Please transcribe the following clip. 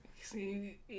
see